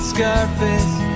Scarface